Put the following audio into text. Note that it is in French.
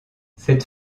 cette